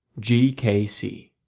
g k c.